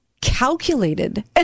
calculated